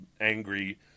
angry